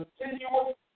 continual